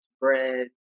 bread